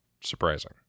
surprising